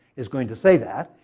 is going to say that.